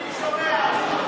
אני שומע.